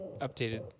updated